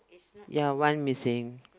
ya one missing